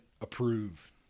approve